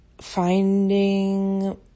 finding